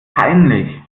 peinlich